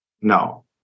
no